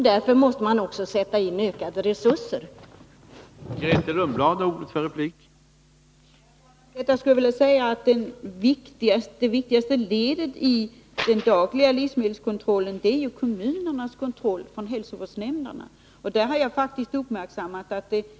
Därför måste man också sätta in ökade resurser för kontroll.